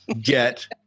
get